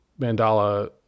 mandala